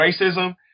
racism